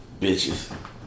Bitches